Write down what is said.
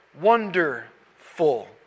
Wonderful